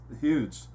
huge